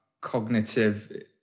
cognitive